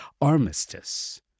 armistice